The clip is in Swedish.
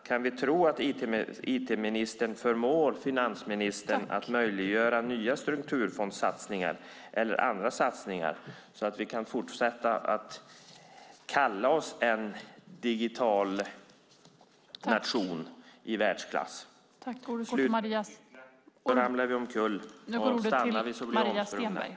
Kan vi tro att IT-ministern förmår finansministern att göra nya strukturfondssatsningar eller andra satsningar så att vi kan fortsätta att kalla oss en digital nation i världsklass? Cyklar vi så ramlar vi omkull, och stannar vi så blir vi omsprungna.